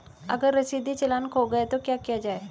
अगर रसीदी चालान खो गया तो क्या किया जाए?